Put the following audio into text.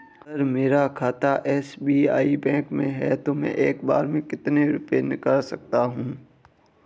अगर मेरा खाता एस.बी.आई बैंक में है तो मैं एक बार में कितने रुपए निकाल सकता हूँ?